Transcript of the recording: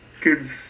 kids